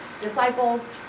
disciples